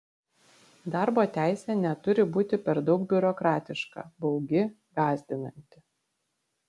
darbo teisė neturi būti per daug biurokratiška baugi gąsdinanti